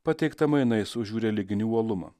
pateiktą mainais už jų religinį uolumą